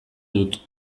dut